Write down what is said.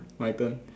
my turn